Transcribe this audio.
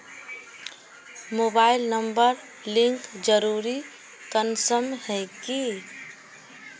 Mobile number link जरुरी कुंसम है की?